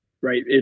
right